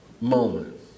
moment